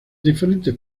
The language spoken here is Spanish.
diferentes